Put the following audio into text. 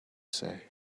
say